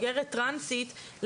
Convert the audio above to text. אם נניח אני אשאל אישה מבוגרת טרנסית,